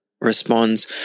responds